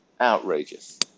outrageous